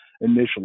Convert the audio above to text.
initially